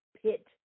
pit